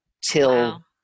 till